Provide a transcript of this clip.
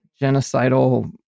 genocidal